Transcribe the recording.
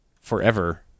forever